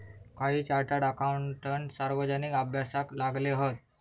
काही chartered accountant सार्वजनिक अभ्यासाक लागले हत